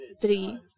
three